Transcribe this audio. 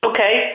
Okay